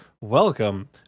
welcome